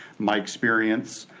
my experience,